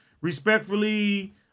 respectfully